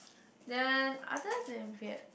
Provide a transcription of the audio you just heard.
then other than Viet~